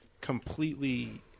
completely